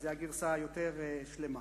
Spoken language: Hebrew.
זו הגרסה היותר שלמה.